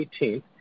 18th